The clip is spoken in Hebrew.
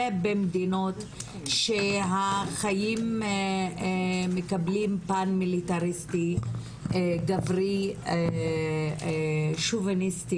ובמדינות שהחיים מקבלים פאן מיליטריסטי גברי שוביניסטי